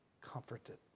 comforted